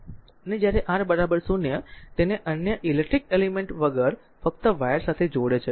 અને જ્યારે R 0 તેને અન્ય ઇલેક્ટ્રિક એલિમેન્ટ વગર ફક્ત વાયર સાથે જોડે છે